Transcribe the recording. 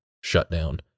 shutdown